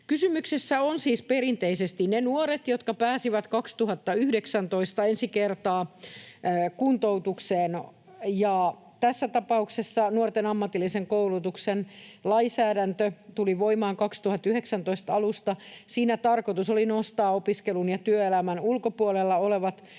Kysymyksessä ovat siis perinteisesti ne nuoret, jotka pääsivät 2019 ensi kertaa kuntoutukseen. Tässä tapauksessa nuorten ammatillisen koulutuksen lainsäädäntö tuli voimaan vuoden 2019 alusta. Siinä tarkoitus oli nostaa opiskelun ja työelämän ulkopuolella olevat